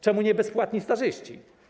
Czemu nie bezpłatni stażyści?